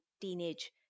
teenage